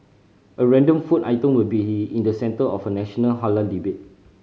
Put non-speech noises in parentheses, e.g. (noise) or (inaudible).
a random food item will be (unintelligible) in the centre of a national halal debate